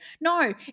No